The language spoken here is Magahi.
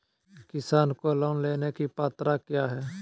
किसान को लोन लेने की पत्रा क्या है?